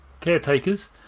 Caretakers